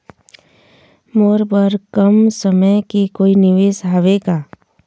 मोर बर कम समय के कोई निवेश हावे का?